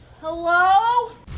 Hello